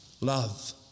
love